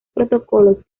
protocolos